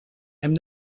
hem